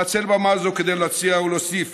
אנצל במה זו כדי להציע ולהוסיף